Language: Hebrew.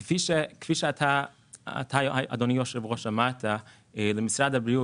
אין כיום מומחה לנושא הזה במשרד הבריאות.